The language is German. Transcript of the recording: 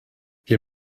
wir